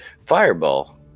Fireball